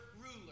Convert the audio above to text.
ruler